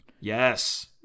Yes